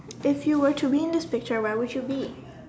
if you were to be in this picture where would you be